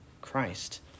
Christ